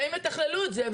שהם יתכללו את זה.